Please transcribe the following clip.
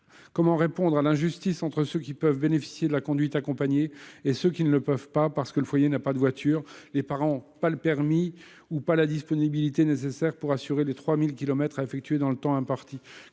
Comment répondre à l'injustice entre ceux qui peuvent bénéficier de la conduite accompagnée et ceux qui ne le peuvent pas, parce que leur foyer n'a pas de voiture ou que leurs parents n'ont pas le permis ou la disponibilité nécessaire pour effectuer les 3 000 kilomètres requis dans le temps imparti ?